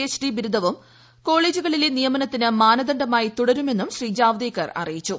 HD ബിരുദവും കോളെജുകളിലെ നിയമനത്തിന് മാനദണ്ഡമായി തുടരുമെന്നും ശ്രീ ജാവ്ദേക്കർ അറിയിച്ചു